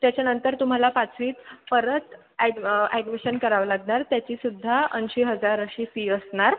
त्याच्यानंतर तुम्हाला पाचवीत परत ॲड ॲडमिशन करावं लागणार त्याची सुद्धा ऐंशी हजार अशी फी असणार